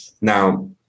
Now